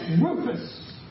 Rufus